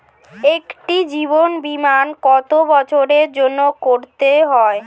একটি জীবন বীমা কত বছরের জন্য করতে হয়?